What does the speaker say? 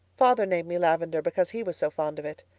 father named me lavendar because he was so fond of it.